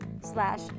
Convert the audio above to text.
slash